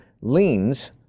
leans